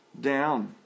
down